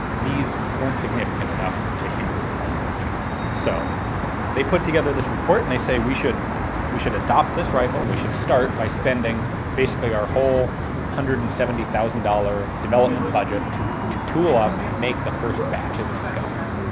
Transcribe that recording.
these weren't significant enough to hinder the rifle in general. so they put together this report and they say, we should we should adopt this rifle and we should start by spending basically our whole one hundred and seventy thousand dollar development budget to to tool up and make the first batch of these guns.